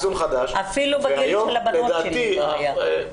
אפילו בגיל של הבנות שלי לא היה.